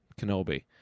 Kenobi